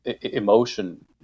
emotion